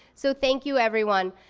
so thank you everyone.